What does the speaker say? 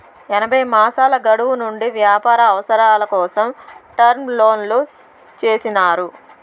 ఎనభై మాసాల గడువు నుండి వ్యాపార అవసరాల కోసం టర్మ్ లోన్లు చేసినారు